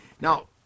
Now